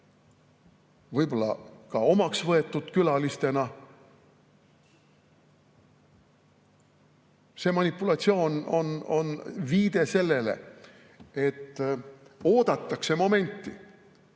võib-olla ka omaks võetud külalistena. See manipulatsioon on viide sellele, et oodatakse momenti.